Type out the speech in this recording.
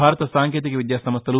భారత సాంకేతిక విద్యా సంస్థలు